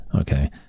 Okay